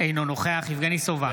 אינו נוכח יבגני סובה,